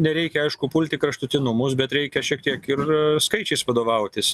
nereikia aišku pult į kraštutinumus bet reikia šiek tiek ir skaičiais vadovautis